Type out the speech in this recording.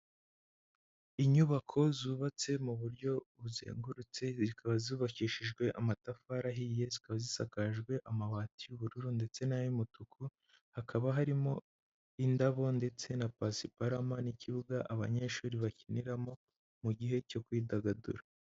Inyubako zubatse mu buryo buzengurutse, zikaba zubakishijwe amatafari ahiye, zikaba zisakajwe amabati y'ubururu ndetse n'ay'umutuku, hakaba harimo indabo ndetse na pasiparama n'ikibuga abanyeshuri bakiniramo, mu gihe cyo kwidagadura.